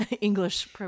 English